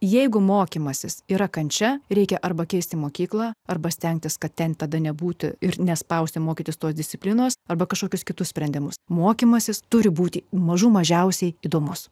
jeigu mokymasis yra kančia reikia arba keisti mokyklą arba stengtis kad ten tada nebūtų ir nespausti mokytis tos disciplinos arba kažkokius kitus sprendimus mokymasis turi būti mažų mažiausiai įdomus